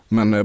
Men